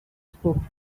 spoke